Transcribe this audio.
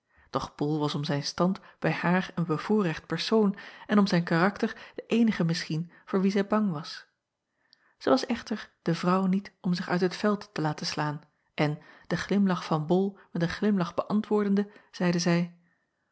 doch ol was om zijn stand bij haar een bevoorrecht persoon en om zijn karakter de eenige misschien voor wien zij bang was ij was echter de vrouw niet om zich uit het veld te laten slaan en den glimlach van ol met een glimlach beäntwoordende zeide zij